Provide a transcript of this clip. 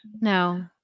No